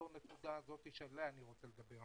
אותה נקודה שעליה אני רוצה לדבר,